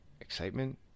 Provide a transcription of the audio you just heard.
excitement